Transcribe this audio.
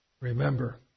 Remember